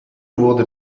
wurde